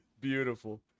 beautiful